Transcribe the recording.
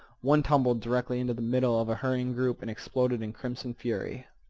one tumbled directly into the middle of a hurrying group and exploded in crimson fury.